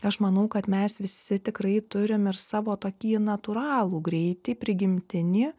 aš manau kad mes visi tikrai turim ir savo tokį natūralų greitį prigimtinį